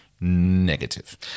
negative